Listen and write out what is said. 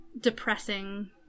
depressing